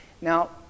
Now